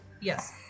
Yes